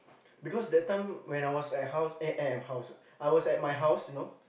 because that time when I was at house eh at house I was at my house you know